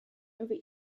over